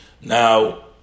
Now